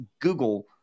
Google